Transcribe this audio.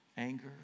anger